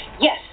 Yes